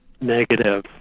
negative